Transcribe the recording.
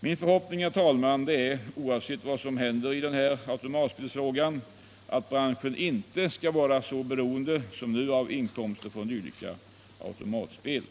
Min förhoppning är — oavsett vad som händer i automatspelsfrågan — att branschen i fortsättningen inte skall vara så beroende som nu av inkomster från automatspel.